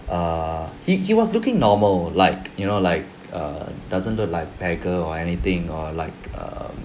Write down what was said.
err he he was looking normal like you know like err doesn't look like beggar or anything or like err